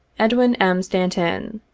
edwin m. stanton,